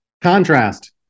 contrast